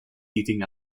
heating